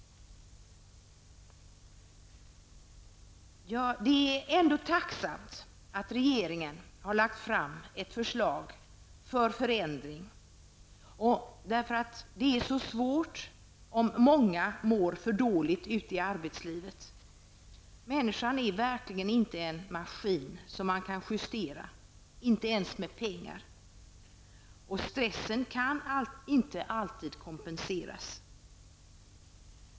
Det är ändå tacksamt att regeringen har lagt fram ett förslag till en förändring, eftersom det innebär problem om många mår dåligt ute i arbetslivet. Människan är verkligen inte en maskin som man kan justera, inte ens med pengar, och stressen kan inte alltid kompenseras.